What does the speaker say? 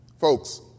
folks